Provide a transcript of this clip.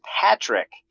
Patrick